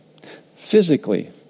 physically